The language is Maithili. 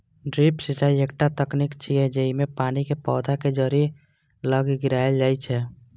ड्रिप सिंचाइ एकटा तकनीक छियै, जेइमे पानि कें पौधाक जड़ि लग गिरायल जाइ छै